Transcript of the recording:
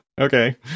okay